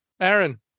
Aaron